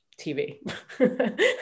TV